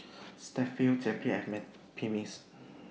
Strepsils Zappy and Mepilex